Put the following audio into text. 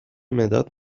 مداد